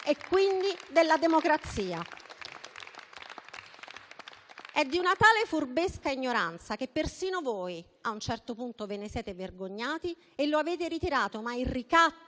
e quindi della democrazia. È di una tale furbesca ignoranza, che persino voi a un certo punto ve ne siete vergognati e lo avete ritirato, ma il ricatto